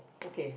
okay